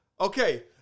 Okay